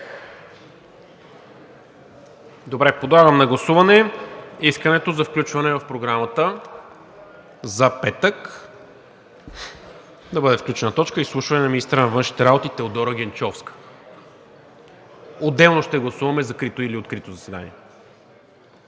Митов. Подлагам на гласуване искането за включване в Програмата за петък да бъде включена точка – изслушване на министъра на външните работи Теодора Генчовска, като отделно ще гласуваме дали да е в открито, или в закрито заседание.